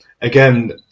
again